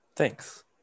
Thanks